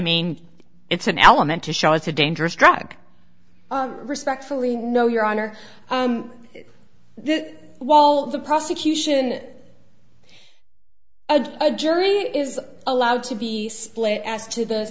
mean it's an element to show it's a dangerous drug respectfully no your honor well the prosecution a jury is allowed to be split as to the